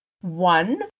One